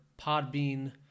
Podbean